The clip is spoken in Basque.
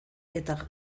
eta